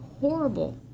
horrible